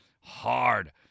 hard